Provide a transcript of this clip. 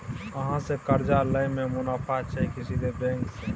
अहाँ से कर्जा लय में मुनाफा छै की सीधे बैंक से?